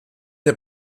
der